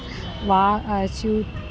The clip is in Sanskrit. वा स्यूतः